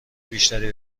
بیشتری